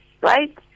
Right